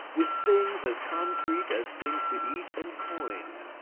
with things as concrete as things to eat and coins,